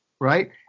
Right